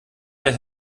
der